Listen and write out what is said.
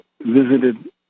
visited